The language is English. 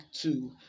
two